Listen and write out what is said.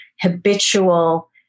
habitual